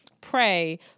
pray